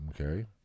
okay